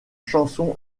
chanson